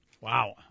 Wow